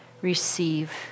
receive